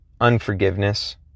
unforgiveness